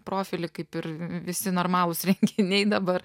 profilį kaip ir visi normalūs renginiai dabar